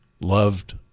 loved